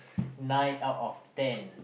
nine out of ten